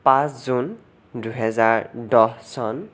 পাঁচ জুন দুহেজাৰ দহ চন